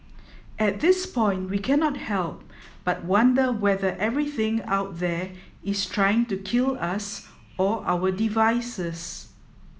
at this point we cannot help but wonder whether everything out there is trying to kill us or our devices